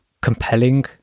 compelling